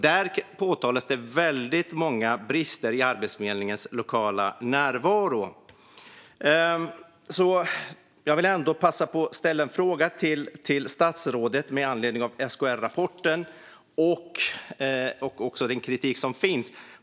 Där påtalas väldigt många brister i Arbetsförmedlingens lokala närvaro. Jag vill ändå passa på att ställa en fråga till statsrådet med anledning av SKR-rapporten och också den kritik som finns.